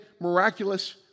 miraculous